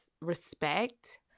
respect